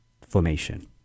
formation